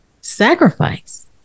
sacrifice